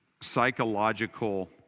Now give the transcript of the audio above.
psychological